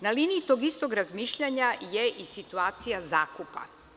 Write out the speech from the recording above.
Na liniji tog istog razmišljanja je i situacija zakupa.